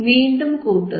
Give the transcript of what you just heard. വീണ്ടും കൂട്ടുന്നു